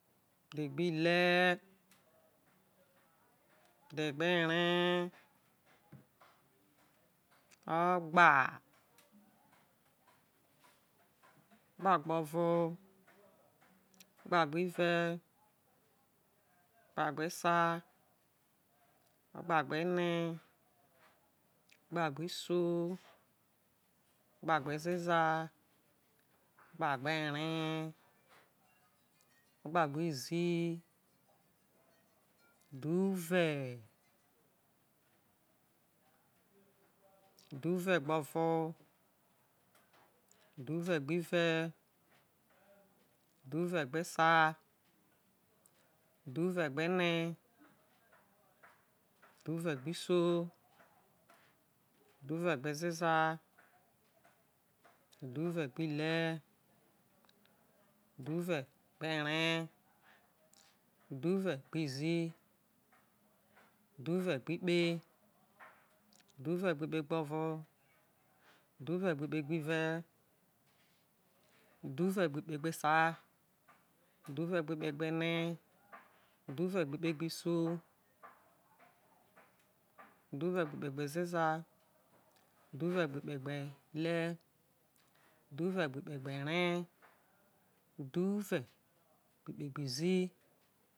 Udhe gbi le udhe gberee ogba ogagbo vo gbag bive gbag besa gba gbene gbagbeisi gbaglzeza gbagbere gba gbe izi udhuve udhuve gbovo udhu vegbive udhuve gbesa udhuve gbene udhu ve gbe iso udhuvegbezeza udhu ve gbe ile udhu ve gbere udhuve vegbe ikpe gbovo udhu vegbikpe gbesa udhu vegbikpe gbene udhuve gbikpegbise udhuvegbikpe ite udhuvegbikpereze.